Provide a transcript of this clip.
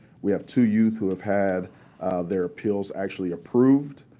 we have two youth who have had their appeals actually approved,